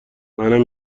منم